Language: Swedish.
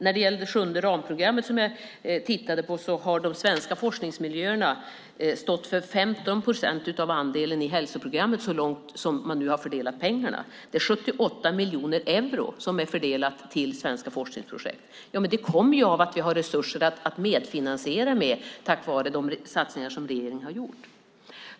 När det gäller det sjunde ramprogrammet som jag tittade på har de svenska forskningsmiljöerna stått för 15 procent av andelen i hälsoprogrammet, så långt man nu har fördelat pengarna. Det är 78 miljoner euro som är fördelade till svenska forskningsprojekt, och detta kommer av att vi har resurser att medfinansiera tack vare de satsningar som regeringen har gjort.